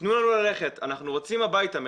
'תנו לנו ללכת אנחנו רוצים הביתה',